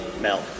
Mel